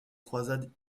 croisades